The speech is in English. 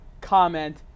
comment